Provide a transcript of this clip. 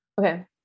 Okay